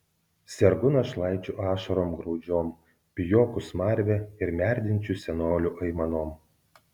sergu našlaičių ašarom graudžiom pijokų smarve ir merdinčių senolių aimanom